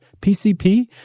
PCP